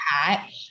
hat